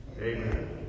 Amen